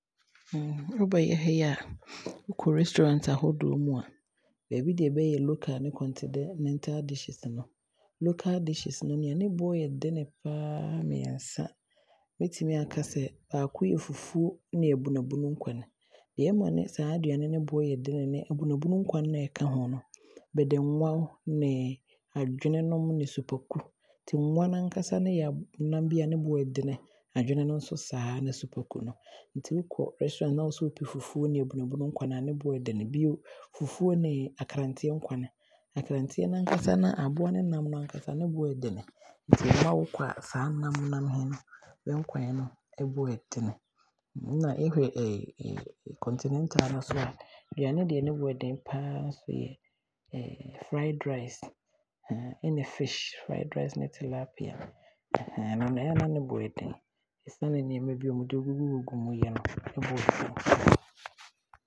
Woba yɛ ha yi na wokɔ restaurant ahodoɔ mu a, baabi deɛ bɛyɛ local ne continental dishes no, local dishes no deɛ ne boɔ yɛ den paa mmiɛnsa, neɛ mɛtumi aaka ne sɛ baako yɛ fufuo ne abunu abunu nkwane. Deɛ ɛma saa aduane no boɔ yɛ dene ne abunu abunu nkwane no a ɛka ho no. Bɛde nnwa ne adwene nom ne supaku. Nnwa no ankasa yɛ nam bi a ne boɔ yɛ dene, adwene no nso saaa nna supaku no, nti sɛ wokɔ restaurant na wode wopɛ Fufuo ne abunu abunu nkwane a, ne boɔ ɔɔdene. Bio fufuo ne akranteɛ nkwane, akranteɛ no ankasa aboa ne nam boɔ yɛden, nti ɛma wo kɔ a saa nam nam he, bɛnkwane no boɔ yɛ dene. Na yɛhwɛ continental no nso a, aduane deɛ ne boɔ yɛ dene paa nso yɛ fried rice ɛne fish, fried rice ɛne tilapia ɛno no ɛyɛ a na ne boɔ yɛ den, ɛsiane nneɛma bi a ɔmo de gugu gugu mu de yɛ no.